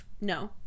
No